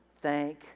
thank